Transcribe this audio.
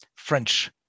French